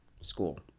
school